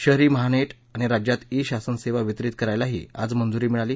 शहरी महानेर आणि राज्यात ई शासन सेवा वितरीत करायलाही आज मंजूरी मिळाली